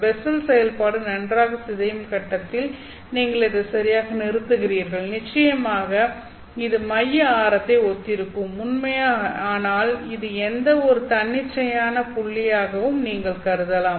Bessel செயல்பாடு நன்றாக சிதையும் கட்டத்தில் நீங்கள் இதை சரியாக நிறுத்துகிறீர்கள் நிச்சயமாக இது மைய அரத்தை ஒத்திருக்கும் உண்மையான ஆனால் இது எந்தவொரு தன்னிச்சையானபுள்ளியாகவும் நீங்கள் கருதலாம்